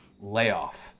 layoff